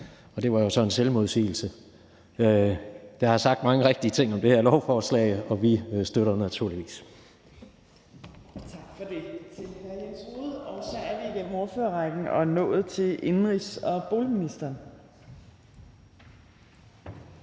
Det var jo så en selvmodsigelse. Der er sagt mange rigtige ting om det her lovforslag, og vi støtter det naturligvis. Kl.